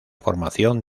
formación